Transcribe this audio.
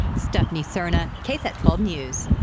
stephanie serna ksat twelve news.